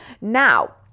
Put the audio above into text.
Now